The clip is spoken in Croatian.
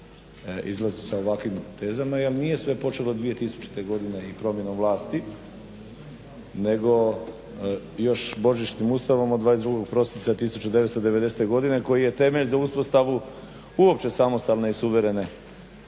izlazi sa ovakvim tezama jer nije sve počelo 2000. godine i promjenom vlasti nego još Božićnim ustavom od 22. prosinca 1990. godine koji je temelj za uspostavu uopće samostalne i suverene